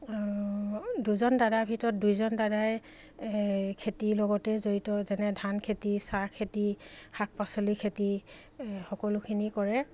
দুজন দাদাৰ ভিতৰত দুইজন দাদাই খেতিৰ লগতে জড়িত যেনে ধান খেতি চাহ খেতি শাক পাচলি খেতি সকলোখিনি কৰে